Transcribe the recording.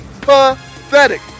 pathetic